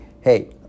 hey